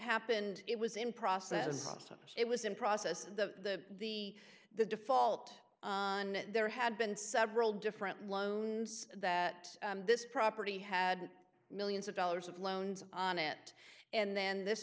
happened it was in process it was in process the the the default there had been several different loans that this property had millions of dollars of loans on it and then this